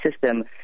system